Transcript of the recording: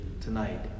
tonight